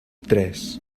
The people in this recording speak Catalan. tres